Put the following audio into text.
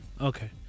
Okay